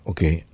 Okay